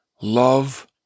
love